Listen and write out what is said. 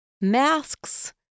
Masks